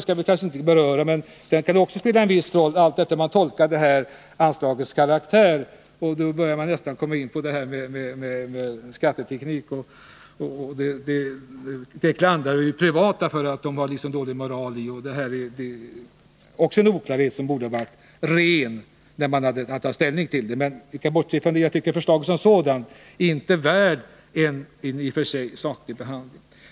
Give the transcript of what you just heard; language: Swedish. Jag kanske inte skulle beröra den, men det kan ju spela en viss roll vilken bedömning man gör av anslagets karaktär. Då börjar vi komma in på det här med skatteteknik, där vi brukar klandra det privata för dålig moral. Detta är också en oklarhet. Förslaget borde ha varit rent på den här punkten när vi nu har att ta ställning till det. Men jag bortser från det — jag tycker att förslaget som sådant inte är värt en saklig behandling.